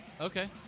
Okay